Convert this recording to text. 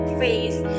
face